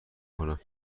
کنم